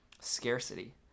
scarcity